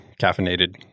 caffeinated